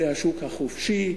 זה השוק החופשי,